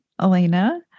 Elena